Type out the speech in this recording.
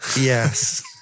Yes